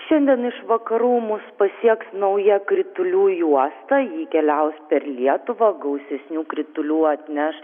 šiandien iš vakarų mus pasieks nauja kritulių juosta ji keliaus per lietuvą gausesnių kritulių atneš